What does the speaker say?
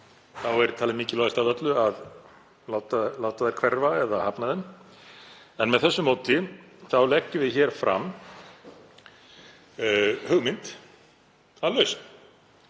þá er talið mikilvægast af öllu að láta þær hverfa eða hafna þeim. Með þessu móti leggjum við fram hugmynd að lausn